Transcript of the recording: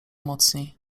mocniej